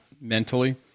mentally